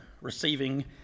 receiving